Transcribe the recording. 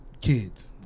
kids